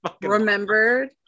remembered